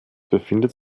befindet